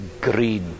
greed